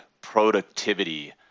productivity